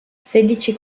sedici